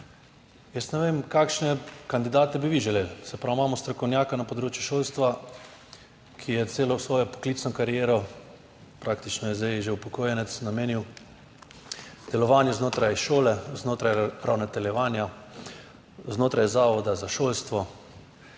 Jaz ne vem kakšne kandidate bi vi želeli. Se pravi, imamo strokovnjaka na področju šolstva, ki je celo svojo poklicno kariero, praktično je zdaj že upokojenec, namenil delovanju znotraj šole, znotraj ravnateljevanja, znotraj zavoda za šolstvo.